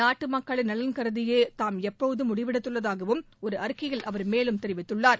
நாட்டு மக்களின் நலன் கருதியே தாம் எப்போதும் முடிவெடுத்துள்ளதாகவும் ஒரு அறிக்கையில் அவர் மேலும் தெரிவித்துள்ளார்